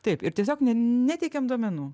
taip ir tiesiog ne neteikiam duomenų